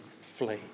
flee